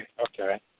okay